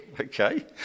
Okay